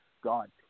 God